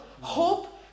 hope